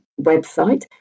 website